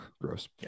gross